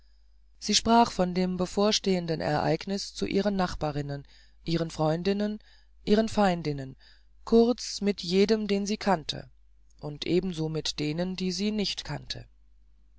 sie sprach von dem bevorstehenden ereigniß zu ihren nachbarinnen ihren freundinnen ihren feindinnen kurz mit jedem den sie kannte und ebenso mit denen die sie nicht kannte